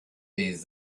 des